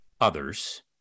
others